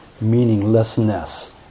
meaninglessness